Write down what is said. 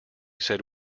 said